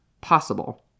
possible